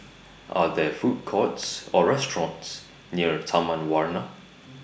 Are There Food Courts Or restaurants near Taman Warna